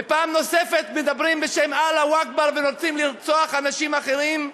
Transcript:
ופעם נוספת מדברים בשם אללהו אכבר ורוצים לרצוח אנשים אחרים.